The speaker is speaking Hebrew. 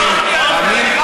לא, נכון?